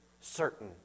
certain